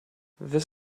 this